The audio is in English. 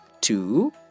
two